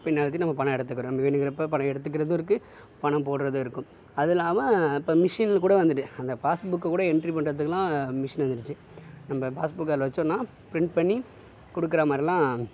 பின் அழுத்தி நம்ம பணம் எடுத்துக்கிறோம் வேணுங்கிறப்ப பணம் எடுக்கிறதும் இருக்குது பணம் போடுறதும் இருக்குது அது இல்லாமல் இப்போ மிஷின் கூட வந்துட்டு அந்த பாஸ்புக் கூட என்ட்ரி பண்ணுறதுக்குலாம் மிஷின் வந்துடுச்சு நம்ம பாஸ்புக் அதில் வச்சோம்னா பிரிண்ட் பண்ணி கொடுக்குற மாதிரிலாம்